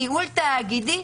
ניהול תאגידי,